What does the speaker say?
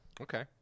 Okay